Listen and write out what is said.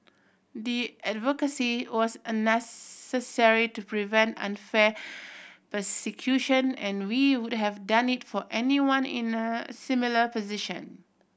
the advocacy was an necessary to prevent unfair persecution and we would have done it for anyone in a similar position